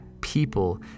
people